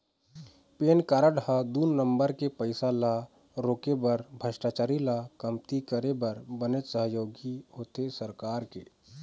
PAN card ह दू number के पइसा ल रोके बर भस्टाचारी ल कमती करे बर बनेच सहयोगी होथे सरकार के